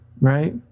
right